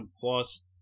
Plus